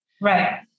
Right